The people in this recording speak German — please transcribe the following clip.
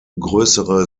größere